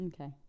Okay